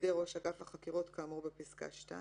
בידי ראש אגף החקירות כאמור בפסקה (2)